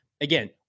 again